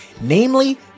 namely